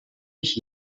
mich